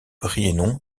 brienon